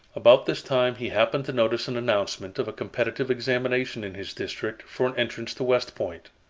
about this time he happened to notice an announcement of a competitive examination in his district for an entrance to west point.